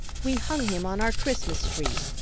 we hung him on our christmas tree,